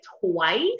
twice